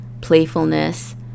playfulness